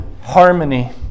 harmony